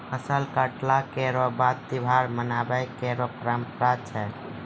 फसल कटला केरो बाद त्योहार मनाबय केरो परंपरा छै